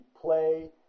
play